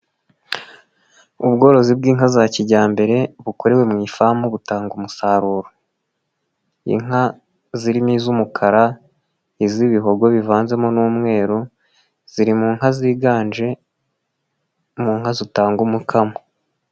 Ubworozi bw'inka za kijyambere bukorewe mu ifamu butanga umusaruro. Inka zirimo iz'umukara iz'ibihogo bivanzemo n'umweru, ziri mu nka ziganje mu nka zitanga umukamo.